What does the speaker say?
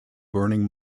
burning